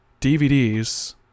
DVDs